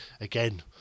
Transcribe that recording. again